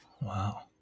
wow